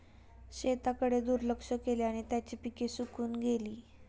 शेताकडे दुर्लक्ष केल्याने त्यांची पिके सुकून गेली